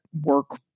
work